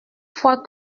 fois